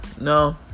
No